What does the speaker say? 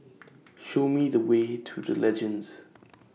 Show Me The Way to The Legends